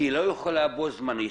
היא לא יכולה בו זמנית